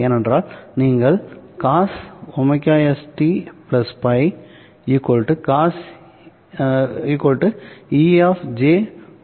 ஏனென்றால் நீங்கள் என எழுதலாம்